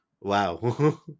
Wow